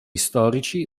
storici